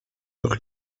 leur